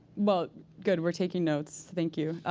but good. we're taking notes. thank you.